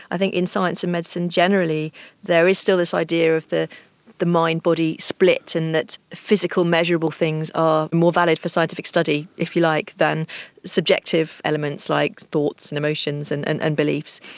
i think in science and medicine generally there is still this idea of the the mind body split and that physical measurable things are more valid for scientific study, if you like, than subjective elements like thoughts and emotions and and beliefs.